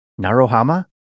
narohama